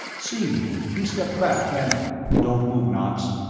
seeing me, he stepped back, and don't move, knox,